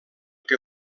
que